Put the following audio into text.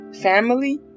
family